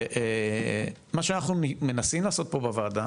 מה שאנחנו מנסים לעשות פה בוועדה,